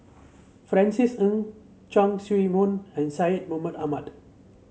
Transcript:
Francis Ng Chong Siew Meng and Syed Mohamed Ahmed